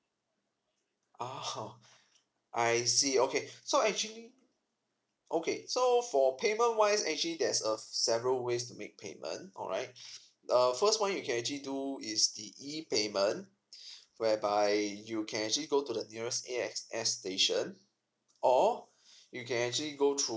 oh I see okay so actually okay so for payment wise actually there's a several ways to make payment alright err first one you can actually do is the E payment whereby you can actually go to the nearest A_X_S station or you can actually go through